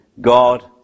God